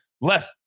left